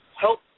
help